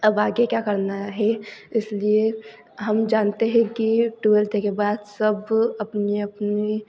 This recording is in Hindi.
अब आगे क्या करना है इसलिए हम जानते हैं कि ट्वेल्थ के बाद सब अपनी अपनी